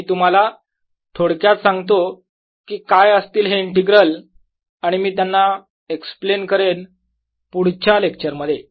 मी तुम्हाला थोडक्यात सांगतो की काय असतील हे इंटीग्रल आणि मी त्यांना एक्सप्लेन करेन पुढच्या लेक्चर मध्ये